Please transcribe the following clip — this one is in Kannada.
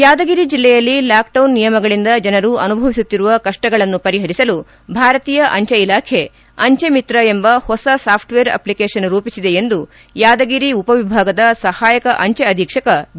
ಯಾದಗಿರಿ ಜಿಲ್ಲೆಯಲ್ಲಿ ಲಾಕ್ ಡೌನ್ ನಿಯಮಗಳಿಂದ ಜನರು ಅನುಭವಿಸುತ್ತಿರುವ ಕಷ್ಪಗಳನ್ನು ಪರಿಹರಿಸಲು ಭಾರತೀಯ ಅಂಜೆ ಇಲಾಖೆ ಅಂಜೆ ಮಿತ್ರ ಎಂಬ ಹೊಸ ಸಾಫ್ಟ್ವೇರ್ ಅಷ್ಲಿಕೇಷನ್ ರೂಪಿಸಿದೆ ಎಂದು ಯಾದಗಿರಿ ಉಪ ವಿಭಾಗದ ಸಹಾಯಕ ಅಂಚೆ ಅಧೀಕ್ಷಕ ಬಿ